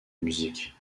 musique